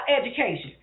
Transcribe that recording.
education